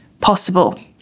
possible